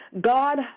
God